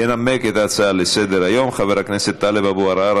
ינמק את ההצעה לסדר-היום חבר הכנסת טלב אבו-עראר.